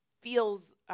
feels